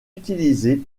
utilisée